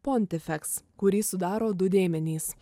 pontifeks kurį sudaro du dėmenys